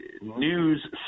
news